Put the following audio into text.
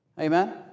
Amen